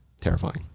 Terrifying